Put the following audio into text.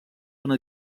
una